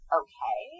okay